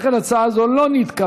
לכן הצעה זו לא נתקבלה.